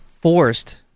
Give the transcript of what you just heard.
forced